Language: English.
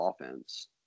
offense